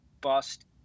bust